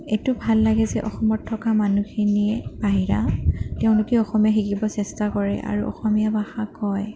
এইটো ভাল লাগে যে অসমত থকা মানুহখিনিয়ে বাহিৰা তেওঁলোকে অসমীয়া শিকিব চেষ্টা কৰে আৰু অসমীয়া ভাষা কয়